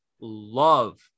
love